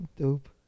dope